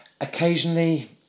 occasionally